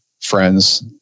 friends